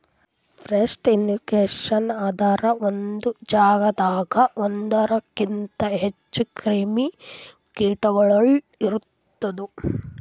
pest infestations ಅಂದುರ್ ಒಂದೆ ಜಾಗದಾಗ್ ಒಂದೂರುಕಿಂತ್ ಹೆಚ್ಚ ಕ್ರಿಮಿ ಕೀಟಗೊಳ್ ಇರದು